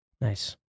Nice